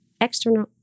external